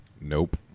Nope